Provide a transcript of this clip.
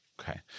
Okay